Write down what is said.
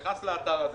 לאתר הזה.